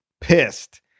pissed